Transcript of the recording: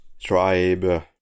tribe